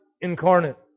incarnate